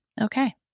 Okay